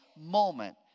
moment